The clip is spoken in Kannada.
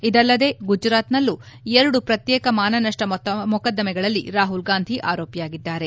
ಇದಲ್ಲದೇ ಗುಜರಾತ್ನಲ್ಲೂ ಎರಡು ಪ್ರತ್ಯೇಕ ಮಾನನಷ್ಟ ಮೊಕದ್ದಮೆಗಳಲ್ಲಿ ರಾಹುಲ್ ಗಾಂಧಿ ಆರೋಪಿಯಾಗಿದ್ದಾರೆ